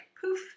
poof